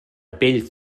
pell